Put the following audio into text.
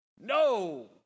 No